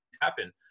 happen